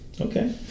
Okay